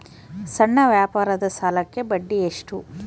ಸಣ್ಣ ವ್ಯಾಪಾರದ ಸಾಲಕ್ಕೆ ಬಡ್ಡಿ ಎಷ್ಟು?